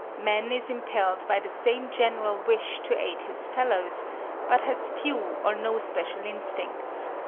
man is impelled by the same general wish to aid his fellows but has few or no special instincts.